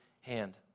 hand